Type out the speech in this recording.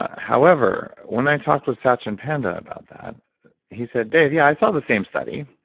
however, when i talked with satchin panda about that he said, dave yeah i saw the same study